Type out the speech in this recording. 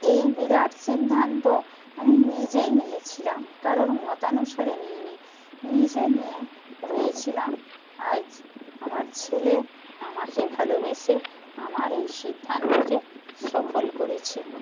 এই বিরাট সিদ্ধান্ত আমি নিজেই নিয়েছিলাম কারোর মতানুসারে নিই নি নিজে নিয়ে রয়েছিলাম আজ আমার ছেলে আমাকে ভালোবেসে আমার এই সিদ্ধান্তকে সফল করেছে